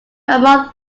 among